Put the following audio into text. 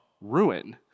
ruin